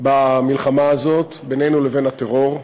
במלחמה הזאת בינינו לבין הטרור,